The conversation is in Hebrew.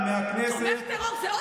על זה לא